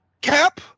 Cap